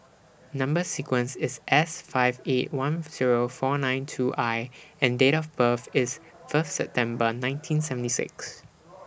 Number sequence IS S five eight one Zero four nine two I and Date of birth IS First September nineteen seventy six